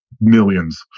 millions